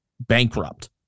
bankrupt